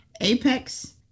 Apex